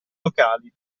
locali